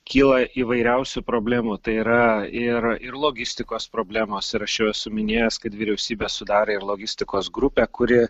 kyla įvairiausių problemų tai yra ir ir logistikos problemos ir aš jau esu minėjęs kad vyriausybė sudarė ir logistikos grupę kuri